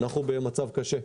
אנחנו במצב קשה.